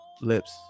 Lips